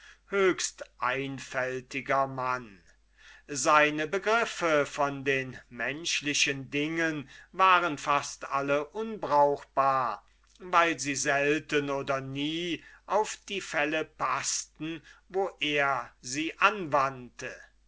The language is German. betrafen höchsteinfältiger mann seine begriffe von den menschlichen dingen waren fast alle unbrauchbar weil sie selten oder nie auf die fälle paßten wo er sie anwandte